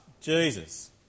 Jesus